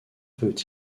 veut